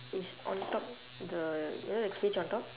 is on top the you know the cage on top